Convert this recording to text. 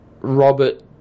Robert